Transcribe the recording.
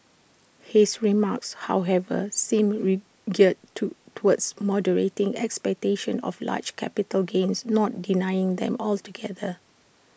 his remarks however seem geared to towards moderating expectations of large capital gains not denying them altogether